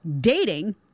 dating